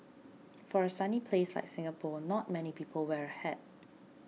for a sunny place like Singapore not many people wear a hat